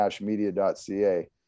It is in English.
media.ca